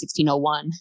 1601